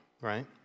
Right